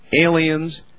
aliens